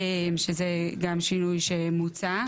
שזה גם שינוי שמוצע,